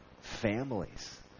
families